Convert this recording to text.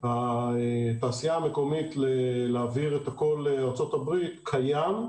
התעשייה המקומית להעביר את הכול לארצות הברית קיים,